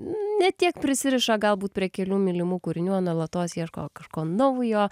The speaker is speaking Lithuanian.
ne tiek prisiriša galbūt prie kelių mylimų kūrinių o nuolatos ieško kažko naujo